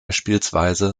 bspw